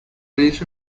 please